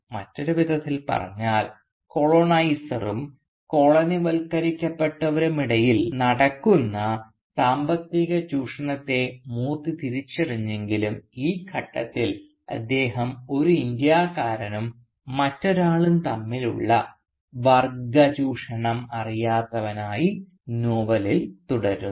മറ്റൊരു വിധത്തിൽ പറഞ്ഞാൽ കോളോനൈസറുo കോളനിവത്കരിക്കപ്പെട്ടവർക്കുമിടയിൽ നടക്കുന്ന സാമ്പത്തിക ചൂഷണത്തെ മൂർത്തി തിരിച്ചറിഞ്ഞെങ്കിലും ഈ ഘട്ടത്തിൽ അദ്ദേഹം ഒരു ഇന്ത്യക്കാരനും മറ്റൊരാളും തമ്മിലുള്ള വർഗ്ഗ ചൂഷണം അറിയാത്തവനായി നോവലിൽ തുടരുന്നു